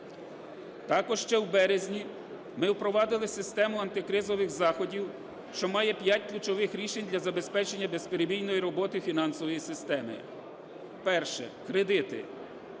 Також ще в березні ми впровадили систему антикризових заходів, що має 5 ключових рішень для забезпечення безперебійної роботи фінансової системи: Перше. Кредити.